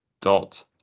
dot